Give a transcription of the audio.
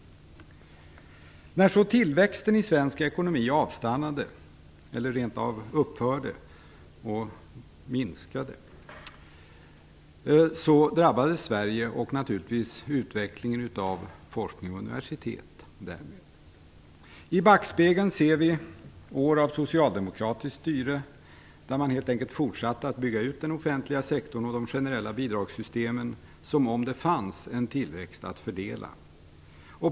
När tillväxten i svensk ekonomi avstannade, rent av upphörde och t.o.m. minskade, drabbades Sverige och naturligtvis utvecklingen av forskning och universitet. I backspegeln ser vi år av socialdemokratiskt styre, där man helt enkelt fortsatte att bygga ut den offentliga sektorn och de generella bidragssystemen som om det fanns en tillväxt att fördela.